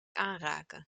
aanraken